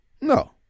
no